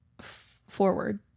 forward